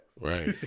Right